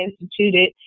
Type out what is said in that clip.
instituted